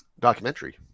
documentary